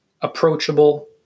approachable